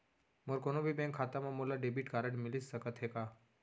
मोर कोनो भी बैंक खाता मा मोला डेबिट कारड मिलिस सकत हे का?